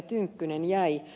tynkkynen jäi